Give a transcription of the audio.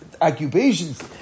occupations